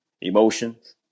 Emotions